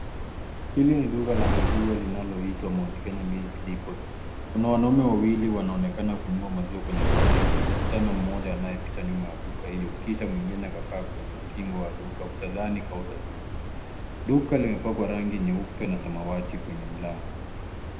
Hili ni duka la maziwa linaloitwa Mt Kenya Milk Depot. Kuna wanaume wawili wanaonekana kununua maziwa kwenye duka hilo, na msichana mmoja anayepita nyuma ya duka hiyo, kisha mwingine kakaa kwenye kingo la duka hilo utadhani kaota jua. Duka limepakwa rangi nyeupe na samawati kwenye mlango.